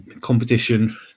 Competition